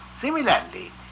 Similarly